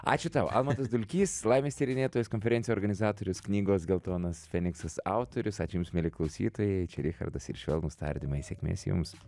ačiū tau almantas dulkys laimės tyrinėtojas konferencijų organizatorius knygos geltonas feniksas autorius ačiū jums mieli klausytojai čia richardas ir švelnūs tardymai sėkmės jums